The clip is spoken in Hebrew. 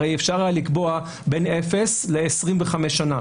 הרי אפשר היה לקבוע בין אפס ל-25 שנה.